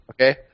okay